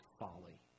folly